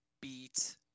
beat